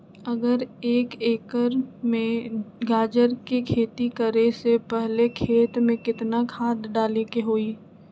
अगर एक एकर में गाजर के खेती करे से पहले खेत में केतना खाद्य डाले के होई?